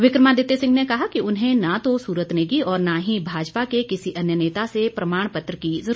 विक्रमादित्य सिंह ने कहा कि उन्हें न तो सूरत नेगी और न ही भाजपा के किसी अन्य नेता से प्रमाण पत्र की ज़रूरत है